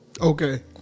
Okay